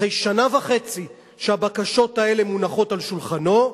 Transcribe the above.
אחרי שנה וחצי שהבקשות האלה מונחות על שולחנו,